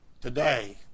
today